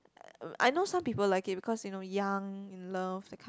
uh I know some people like it because you know young and love that kind